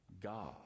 god